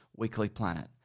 weeklyplanet